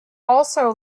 also